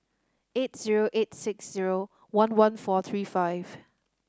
eight zero eight six zero one one four three five